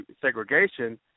segregation